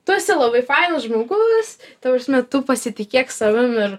tu esi labai fainas žmogus ta prasme tu pasitikėk savim ir